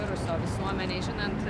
viruso visuomenėj žinant